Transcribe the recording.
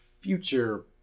future